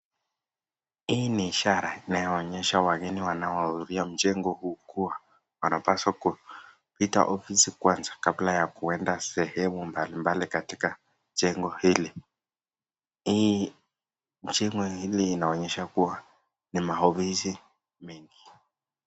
Hii ni ishara inayoonyesha wageni wanaohudhuria mjengo huu wanapaswa kupita ofisi kwanza kabla ya kuenda sehemu mbalimbali katika jengo hili. Hii majengo hili inaonyesha kuwa ni maofisi mengi.